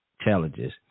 challenges